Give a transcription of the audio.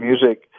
music